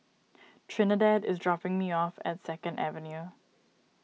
Trinidad is dropping me off at Second Avenue